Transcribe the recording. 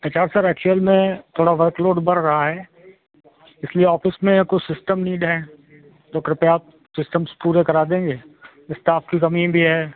H R sir actual में थोड़ा work load बढ़ रहा है इसलिए ऑफिस में कुछ सिस्टम नीड है तो कृपया आप सिस्टम पूरे करा दें इस्टाफ़ की कमी भी है